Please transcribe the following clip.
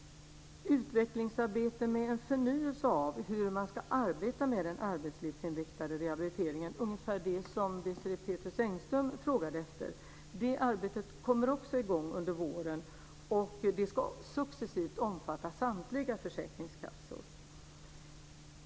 Utvecklingsarbetet med en förnyelse av hur man ska arbeta med den arbetslivsinriktade rehabiliteringen, ungefär det som Désirée Pethrus Engström frågade efter, kommer också i gång under våren. Och det ska successivt omfatta samtliga försäkringskassor.